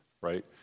right